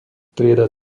trieda